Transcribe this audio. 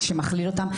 שמכליל אותם?